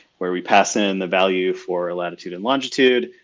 where we pass in the value for latitude and longitude,